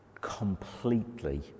completely